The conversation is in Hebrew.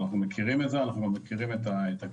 אנחנו מכירים את זה ואנחנו גם מכירים את הקצב.